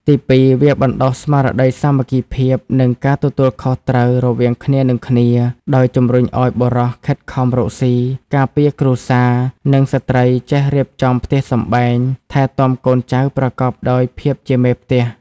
ទីពីរ វាបណ្តុះស្មារតីសាមគ្គីភាព និងការទទួលខុសត្រូវរវាងគ្នានិងគ្នា ដោយជំរុញឲ្យបុរសខិតខំរកស៊ី ការពារគ្រួសារ និងស្ត្រីចេះរៀបចំផ្ទះសម្បែង ថែទាំកូនចៅ ប្រកបដោយភាពជាមេផ្ទះ។